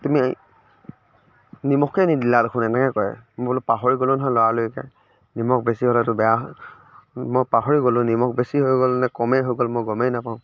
তুমি নিমখেই নিদিলা দেখোন এনেকৈ কয় বোলো পাহৰি গ'লোঁ নহয় লৰালৰিতে নিমখ বেছি হ'লেতো বেয়া হয় মই পাহৰি গ'লোঁ নিমখ বেছি হৈ গ'ল নে কমেই হৈ গ'ল মই গমেই নাপাওঁ